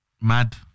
mad